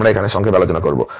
আমরা এখানে সংক্ষেপে আলোচনা করব